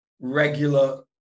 regular